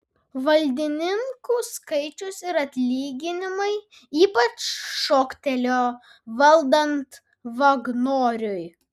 valdininkų skaičius ir atlyginimai ypač šoktelėjo valdant vagnoriui